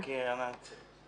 נשמע את הסוכנות לעסקים קטנים.